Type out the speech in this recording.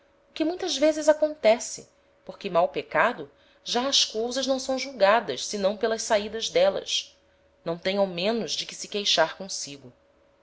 que muitas vezes acontece porque mal pecado já as cousas não são julgadas senão pelas saidas d'elas não tem ao menos de que se queixar consigo